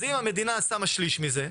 אז אם המדינה שמה שליש מזה,